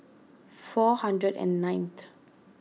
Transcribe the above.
four hundred and ninth